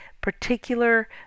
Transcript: particular